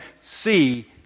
see